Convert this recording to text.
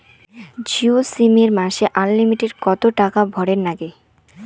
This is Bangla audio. জিও সিম এ মাসে আনলিমিটেড কত টাকা ভরের নাগে?